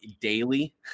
daily